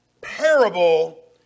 parable